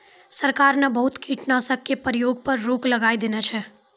सरकार न बहुत कीटनाशक के प्रयोग पर रोक लगाय देने छै